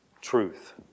truth